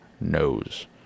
knows